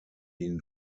ihn